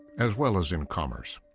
as well as in commerce.